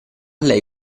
lei